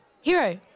Hero